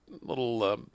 little